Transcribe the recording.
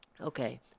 Okay